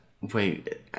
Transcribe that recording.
wait